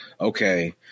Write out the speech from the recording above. Okay